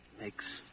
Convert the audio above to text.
makes